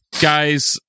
guys